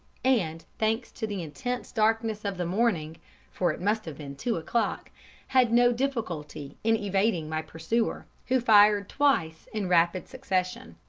and, thanks to the intense darkness of the morning for it must have been two o'clock had no difficulty in evading my pursuer, who fired twice in rapid succession.